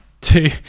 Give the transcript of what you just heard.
Two